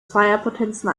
zweierpotenzen